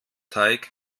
teig